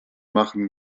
machen